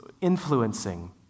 influencing